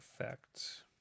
Effect